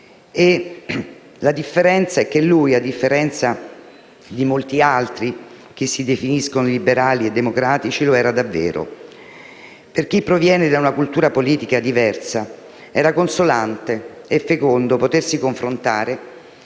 un liberal-democratico e, a differenza di molti altri che si definiscono liberali e democratici, lo era davvero. Per chi proviene da una cultura politica diversa era consolante e fecondo potersi confrontare